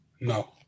No